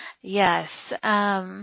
Yes